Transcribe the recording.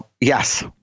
yes